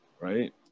Right